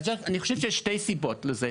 אני חושב שיש שתי סיבות לזה,